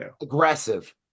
aggressive